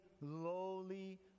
lowly